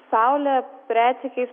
saulė retsykiais